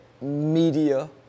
media